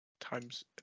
times